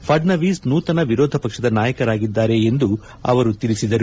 ಫಡ್ನವೀಸ್ನೂತನ ವಿರೋಧ ಪಕ್ಷದ ನಾಯಕರಾಗಿದ್ಗಾರೆ ಎಂದು ಅವರು ತಿಳಿಸಿದರು